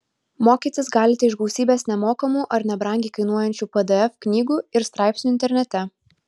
mokytis galite iš gausybės nemokamų ar nebrangiai kainuojančių pdf knygų ir straipsnių internete